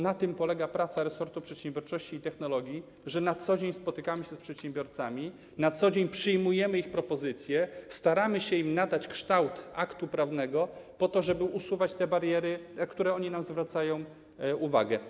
Na tym polega praca resortu przedsiębiorczości i technologii: na co dzień spotykamy się z przedsiębiorcami, na co dzień przyjmujemy ich propozycje, którym staramy się nadać kształt aktu prawnego, żeby usuwać te bariery, na które oni zwracają nam uwagę.